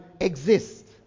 exist